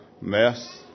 mess